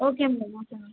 okay madam okay madam